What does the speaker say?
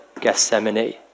Gethsemane